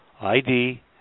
ID